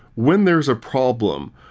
when there is a problem,